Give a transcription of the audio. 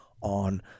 on